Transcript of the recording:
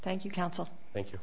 thank you counsel thank you